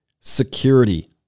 security